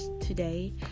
today